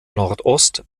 nordost